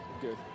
Good